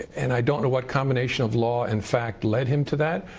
and i don't know what combination of law and fact led him to that.